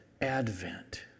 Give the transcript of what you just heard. advent